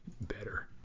better